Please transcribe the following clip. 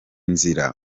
nzira